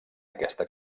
aquesta